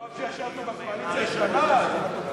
מרוב שישבנו בקואליציה שנה אז אנחנו בהחלט,